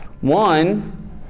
One